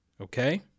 okay